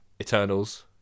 Eternals